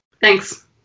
Thanks